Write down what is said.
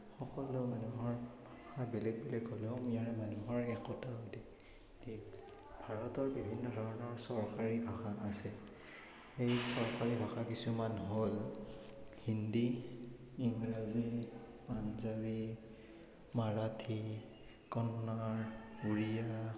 সকলো মানুহৰ কথা বেলেগ বেলেগ হ'লেও ইয়াৰ মানুহৰ একতা ভাৰতৰ বিভিন্ন ধৰণৰ চৰকাৰী ভাষা আছে সেই চৰকাৰী ভাষা কিছুমান হ'ল হিন্দী ইংৰাজী পাঞ্জাবী মাৰাঠী কনাৰ উৰিয়া